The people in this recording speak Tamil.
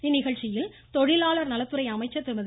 இந்நிகழ்ச்சியில் தொழிலாளர் நலத்துறை அமைச்சர் திருமதி